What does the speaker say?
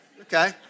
Okay